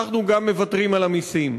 אנחנו גם מוותרים על המסים.